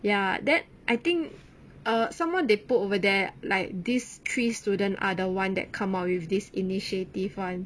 ya then I think err some more they put over there like this three student are the one that come up with this initiative [one]